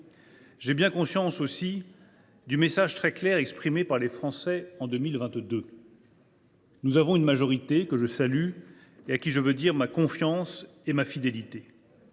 J’ai bien conscience aussi du message très clair exprimé par les Français en 2022. Nous avons une majorité, »… Relative !…« que je salue et à qui je veux dire ma confiance et ma fidélité.